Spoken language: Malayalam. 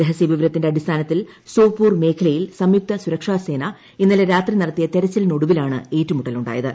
രഹസ്യ വിവരത്തിന്റെ അടിസ്ഥാനത്തിൽ സോപൂർ മേഖലയിൽ സംയുക്ത സുരക്ഷാസേന ഇന്നലെ രാത്രി നടത്തിയ തെരച്ചിലിനൊടുവിലാണ് ഏറ്റുമുട്ടലുണ്ടായത്